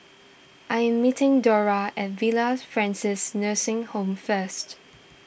I am meeting Dora at Villa Francis Nursing Home first